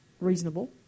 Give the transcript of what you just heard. reasonable